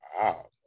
Wow